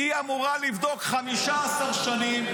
היא אמורה לבדוק 15 שנים,